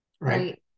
Right